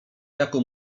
jaką